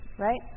right